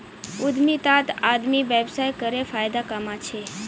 उद्यमितात आदमी व्यवसाय करे फायदा कमा छे